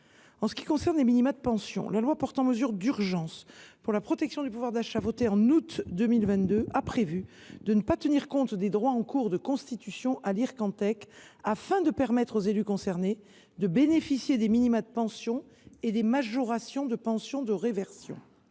En ce qui concerne les minima de pension, la loi du 16 août 2022 portant mesures d’urgence pour la protection du pouvoir d’achat a prévu de ne pas tenir compte des droits en cours de constitution à l’Ircantec, afin de permettre aux élus concernés de bénéficier des minima de pension et des majorations de pension de réversion.